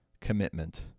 commitment